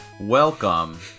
Welcome